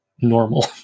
normal